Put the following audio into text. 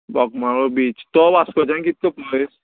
बागमाळो बीच तो वास्पोच्यान कितको पयस